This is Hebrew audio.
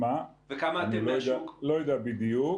לא יודע בדיוק.